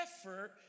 effort